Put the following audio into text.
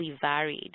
varied